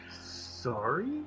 Sorry